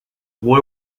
war